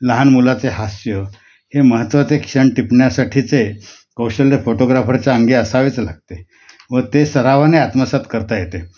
लहान मुलाचे हास्य हे महत्त्वाचे क्षण टिपण्यासाठीचे कौशल्य फोटोग्राफरच्या अंगी असावेच लागते व ते सरावाने आत्मसात करता येते